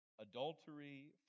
adultery